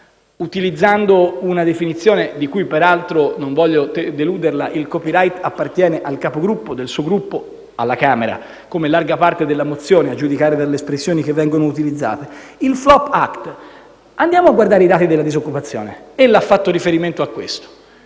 utilizzando una definizione, di cui peraltro - non voglio deluderla - il *copyright* appartiene al Capigruppo del suo Gruppo alla Camera, come larga parte della mozione, a giudicare delle espressioni che vengono utilizzate. Andiamo a vedere i dati della disoccupazione, cui ella ha fatto riferimento. Non